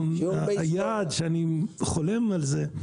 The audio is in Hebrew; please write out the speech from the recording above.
היעד שאני חולם על זה,